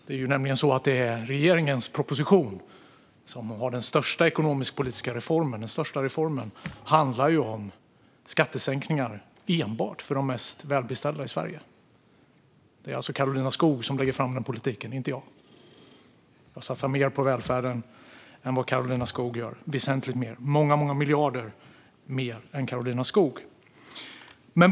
Det är nämligen i regeringens proposition som den största ekonomisk-politiska reformen handlar om skattesänkningar enbart för de mest välbeställda i Sverige. Det är alltså Karolina Skog som lägger fram den politiken, inte jag. Jag satsar mer på välfärden än Karolina Skog gör - väsentligt mer, många miljarder mer, än Karolina Skog.